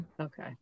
Okay